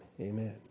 Amen